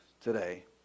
today